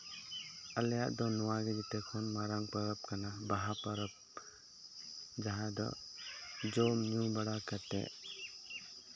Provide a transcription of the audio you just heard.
ᱟᱞᱮᱭᱟᱜ ᱫᱚ ᱱᱚᱣᱟ ᱜᱮ ᱡᱮᱛᱮ ᱠᱷᱚᱱ ᱢᱟᱨᱟᱝ ᱯᱚᱨᱚᱵᱽ ᱠᱟᱱᱟ ᱵᱟᱦᱟ ᱯᱚᱨᱚᱵᱽ ᱡᱟᱦᱟᱸ ᱫᱚ ᱡᱚᱢᱼᱧᱩ ᱵᱟᱲᱟ ᱠᱟᱛᱮ